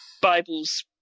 Bibles